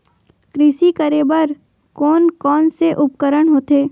कृषि करेबर कोन कौन से उपकरण होथे?